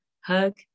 hug